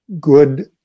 good